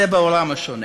צבע עורם השונה,